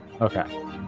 Okay